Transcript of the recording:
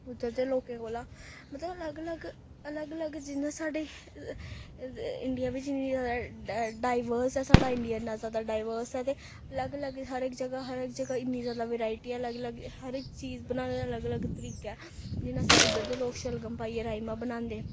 उद्धर दे लोकें कोला मतलब अलग अलग अलग अलग जियां साड्डी इंडिया बिच्च डाई डाइवर्स ऐ साढ़ा इंडिया इन्ना जैदा डाइवर्स ऐ ते अलग अलग हर इक जगह हर इक जगह इन्नी जैदा वैराइटी ऐ अलग अलग हर इक चीज बनाने दा अलग अलग तरीका ऐ जिन्ना उद्धर दे लोग शलगम पाइयै राजमाह् बनांदे